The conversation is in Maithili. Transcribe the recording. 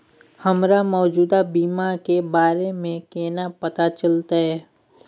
हमरा मौजूदा बीमा के बारे में केना पता चलते?